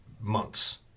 months